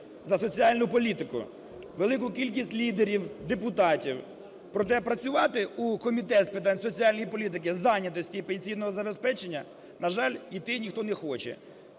за соціальну політику, велику кількість лідерів, депутатів, проте працювати у Комітеті з питань соціальної політики, зайнятості і пенсійного забезпечення, на жаль, іти ніхто не хоче.